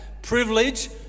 Privilege